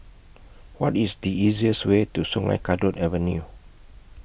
What IS The easiest Way to Sungei Kadut Avenue